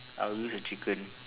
I will use the chicken